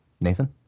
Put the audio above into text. Nathan